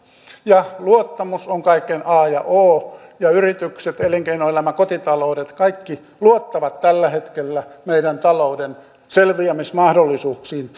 ja luottamus on kaiken a ja o yritykset elinkeinoelämä kotitaloudet kaikki luottavat tällä hetkellä meidän talouden selviämismahdollisuuksiin